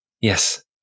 Yes